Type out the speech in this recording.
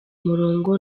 murongo